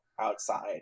outside